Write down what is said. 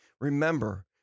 Remember